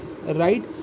right